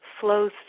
flows